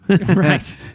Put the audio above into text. Right